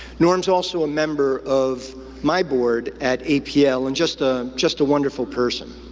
norm's also a member of my board at apl and just ah just a wonderful person.